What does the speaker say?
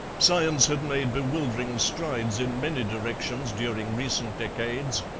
science had made bewildering strides in many directions during recent decades,